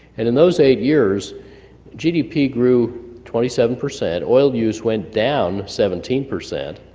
and in those eight years gdp grew twenty seven percent, oil use went down seventeen percent,